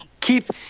keep –